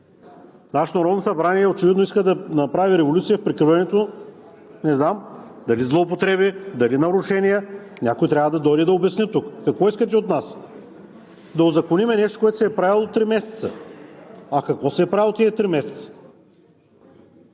Нашето Народно събрание очевидно иска да направи революция в прикриването – не знам – дали злоупотреби, дали нарушения. Някой трябва да дойде да обясни тук. Какво искате от нас? Да узаконим нещо, което се е правило три месеца? А какво се е правило тези три месеца?